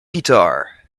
guitar